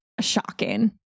shocking